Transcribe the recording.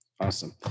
awesome